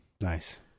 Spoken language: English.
Nice